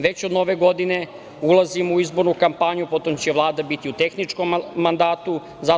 Već od Nove godine ulazimo u izbornu kampanju, potom će Vlada biti u tehničkom mandatu.